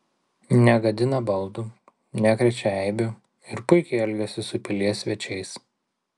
negadina baldų nekrečia eibių ir puikiai elgiasi su pilies svečiais